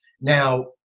Now